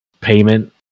payment